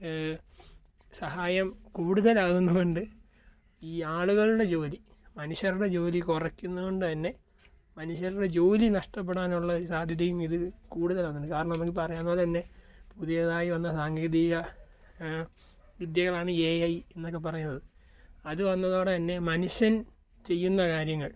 സഹായം കൂടുതൽ ആവുന്നതുകൊണ്ട് ഈ ആളുകളുടെ ജോലി മനുഷ്യരുടെ ജോലി കുറയ്ക്കുന്നത് കൊണ്ടുതന്നെ മനുഷ്യരുടെ ജോലി നഷ്ടപ്പെടാനുള്ള ഒരു സാധ്യതയും ഇതിൽ കൂടുതലാണ് കാരണം നമുക്ക് ഇപ്പം അറിയാവുന്നത് പോലെ തന്നെ പുതിയതായി വന്ന സാങ്കേതിക വിദ്യകളാണ് എ ഐ എന്നൊക്കെ പറയുന്നത് അത് വന്നതോടെ തന്നെ മനുഷ്യൻ ചെയ്യുന്ന കാര്യങ്ങൾ